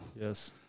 Yes